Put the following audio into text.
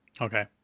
Okay